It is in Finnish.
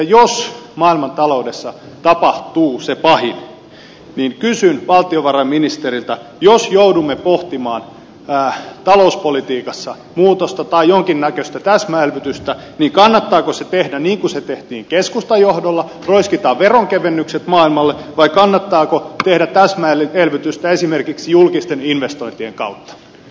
jos maailmantaloudessa tapahtuu se pahin jos joudumme pohtimaan talouspolitiikassa muutosta tai jonkinnäköistä täsmäelvytystä niin kannattaako se tehdä niin kuin se tehtiin keskustan johdolla roiskitaan veronkevennykset maailmalle vai kannattaako tehdä täsmäelvytystä esimerkiksi julkisten investointien kautta